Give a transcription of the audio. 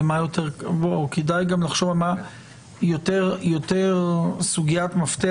בן אם יקבל מסר וכתוב שתחול על המסר חזקת מסירה,